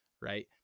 right